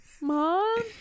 mom